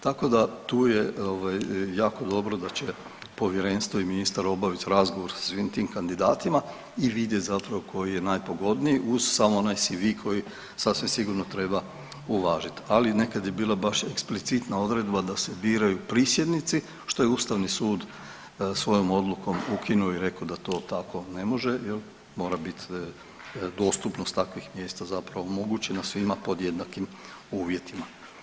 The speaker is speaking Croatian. Tako da tu je ovaj jako dobro da će povjerenstvo i ministar obaviti razgovor sa svim tim kandidatima i vidjet zapravo koji je napogodniji uz sav onaj CV koji sasvim sigurno treba uvažiti, ali nekad je bilo baš eksplicitna odredba da se biraju prisjednici što je Ustavni sud svojom odlukom ukinuo i rekao da to tako ne može jel, mora biti dostupnost takvim mjesta zapravo omogućena svima pod jednakim uvjetima.